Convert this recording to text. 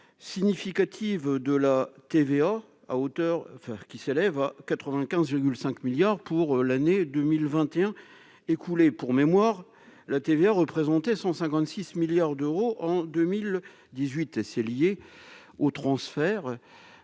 significative de la TVA à hauteur faire qui s'élève à 95 5 milliards pour l'année 2021 écoulé pour mémoire la TVA représenter 156 milliards d'euros en 2018 et c'est lié au transfert